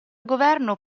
governo